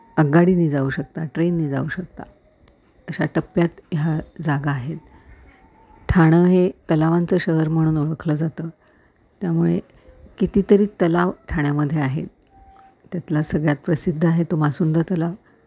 आगगाडीने जाऊ शकता ट्रेनने जाऊ शकता अशा टप्प्यात ह्या जागा आहेत ठाणं हे तलावांचं शहर म्हणून ओळखलं जातं त्यामुळे कितीतरी तलाव ठाण्यामध्ये आहेत त्यातला सगळ्यात प्रसिद्ध आहे तो मासुंदा तलाव